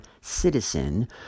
citizen